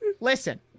Listen